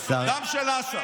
תגיד לי, אתה שומע, גם של אש"ף.